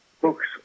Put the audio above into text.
Books